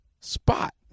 spot